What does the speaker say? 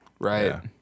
Right